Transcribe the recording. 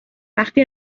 وقتی